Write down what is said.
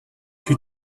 she